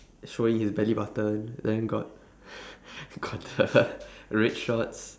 showing his belly button then got got the red shorts